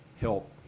help